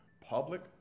public